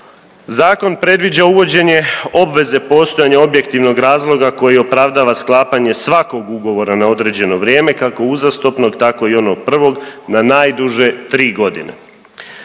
Zakon predviđa uvođenje obveze postojanja objektivnog razloga koji opravdava sklapanje svakog ugovora na određeno vrijeme kako uzastopnog tako i onog prvog na najduže 3 godine.